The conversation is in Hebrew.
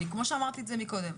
כמו שאמרתי את זה מקודם,